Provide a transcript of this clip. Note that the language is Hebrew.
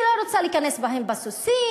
היא לא רוצה להיכנס בהם בסוסים,